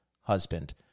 husband